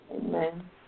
Amen